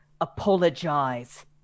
apologize